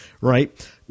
right